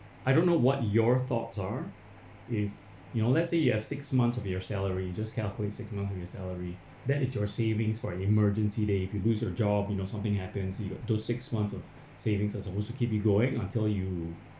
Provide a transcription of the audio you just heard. I don't know what your thoughts are if you know let's say you have six months of your salary just calculate six months from your salary that is your savings for emergency day if you lose your job you know something happens you got those six months of savings are supposed to keep you going lah until you